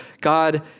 God